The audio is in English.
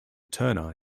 turner